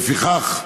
לפיכך,